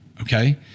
okay